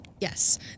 yes